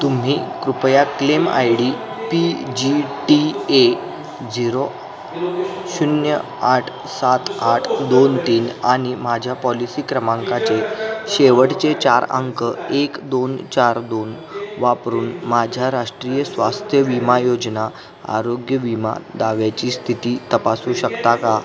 तुम्ही कृपया claim I D P G T A zero शून्य आठ सात आठ दोन तीन आणि माझ्या पॉलिसी क्रमांकाचे शेवटचे चार अंक एक दोन चार दोन वापरून माझ्या राष्ट्रीय स्वास्थ्य विमा योजना आरोग्य विमा दाव्याची स्थिती तपासू शकता का